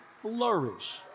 flourish